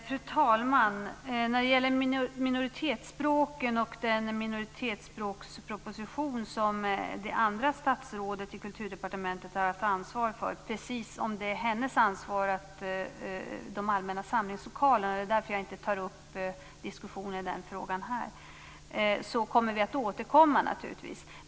Fru talman! Minoritetsspråken och minoritetsspråkspropositionen har det andra statsrådet i Kulturdepartementet haft ansvar för, precis som de allmänna samlingslokalerna är hennes ansvar. Det är därför som jag inte tar upp diskussioner i den frågan här. Vi kommer naturligtvis att återkomma.